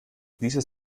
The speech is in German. dieses